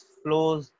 flows